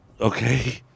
okay